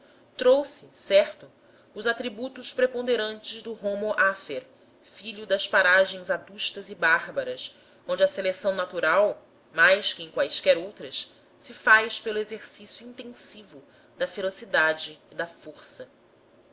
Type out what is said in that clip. trouxe certo os atributos preponderantes do homo afer filho das paragens adustas e bárbaras onde a seleção natural mais que em quaisquer outras se faz pelo exercício intensivo da ferocidade e da força